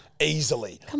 Easily